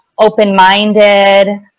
open-minded